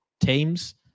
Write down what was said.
Teams